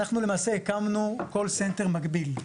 אנחנו למעשה הקמנו "קול סנטר" (call center) מקביל.